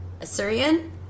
Assyrian